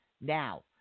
Now